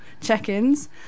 check-ins